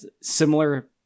similar